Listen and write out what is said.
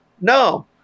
No